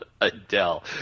adele